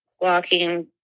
walking